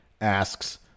asks